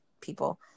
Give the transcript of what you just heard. people